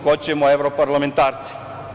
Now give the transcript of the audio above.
Hoćemo evroparlamentarce.